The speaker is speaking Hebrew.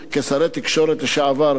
כשרי תקשורת לשעבר,